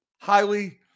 highly